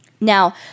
Now